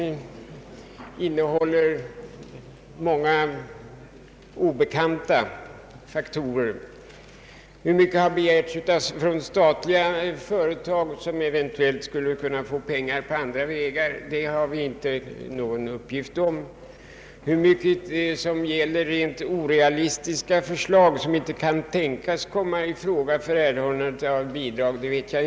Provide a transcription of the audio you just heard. Vi har ingen uppgift om hur mycket som begärts från statliga företag, som skulle kunna få pengar på andra vägar. Jag vet inte heller hur mycket som gäller rent orealistiska förslag, vilka inte kan tänkas erhålla bidrag.